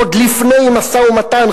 עוד לפני משא-ומתן,